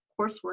coursework